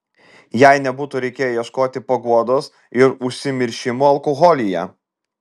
jai nebūtų reikėję ieškoti paguodos ir užsimiršimo alkoholyje